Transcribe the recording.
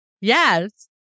yes